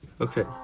Okay